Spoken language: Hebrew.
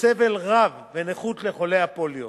סבל רב ונכות לחולי הפוליו.